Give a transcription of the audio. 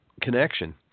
connection